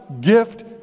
gift